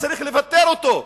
צריך לפטר אותו.